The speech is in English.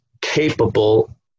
capable